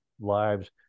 lives